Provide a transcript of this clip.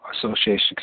association